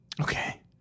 Okay